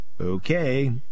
Okay